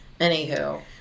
anywho